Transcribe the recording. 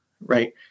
right